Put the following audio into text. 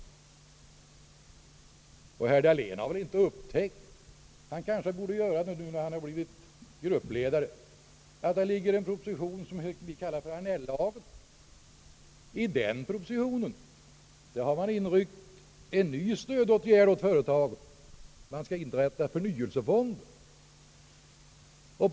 Dessutom har väl herr Dahlén inte upptäckt — han kanske borde göra det nu när han blivit gruppledare — att det föreligger en proposition om den s.k. Annell-lagen där man har inryckt en ny stödåtgärd åt företagen, innebärande att förnyelsefonder skall inrättas.